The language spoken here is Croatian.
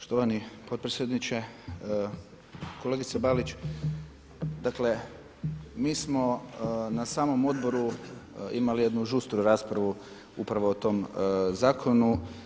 Štovani potpredsjedniče, kolegice Balić dakle mi smo na samom odboru imali jednu žustru raspravu upravo o tom zakonu.